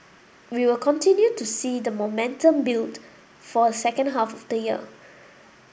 we will continue to see the momentum build for second half of the year